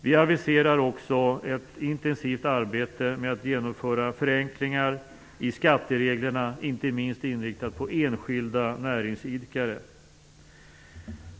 Vi aviserar också ett intensivt arbete med att genomföra förenklingar i skattereglerna, inte minst inriktade på enskilda näringsidkare.